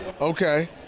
Okay